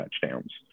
touchdowns